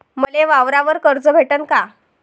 मले वावरावर कर्ज भेटन का?